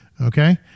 Okay